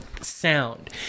sound